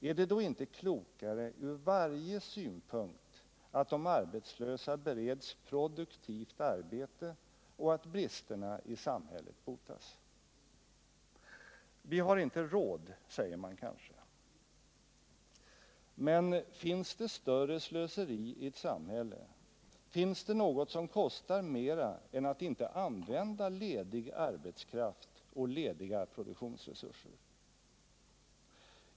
Är det då inte klokare från varje synpunkt att de arbetslösa bereds produktivt arbete och att bristerna i samhället botas? Vi har inte råd, säger man kanske. Men finns det större slöseri i ett samhälle, finns det något som kostar mera än att inte använda ledig arbetskraft och lediga produktionsresurser?